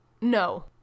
No